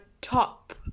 top